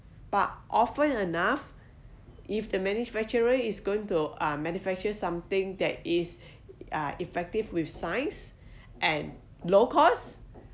but often enough if the manufacturer is going to um manufacture something that is uh effective with science and low costs